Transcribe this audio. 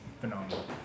phenomenal